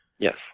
Yes